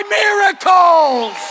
miracles